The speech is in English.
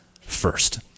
first